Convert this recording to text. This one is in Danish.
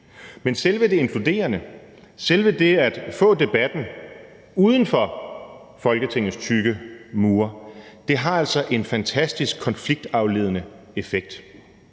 Men selve det inkluderende, selve det at få debatten uden for Folketingets tykke mure, har altså en fantastisk konfliktafledende effekt.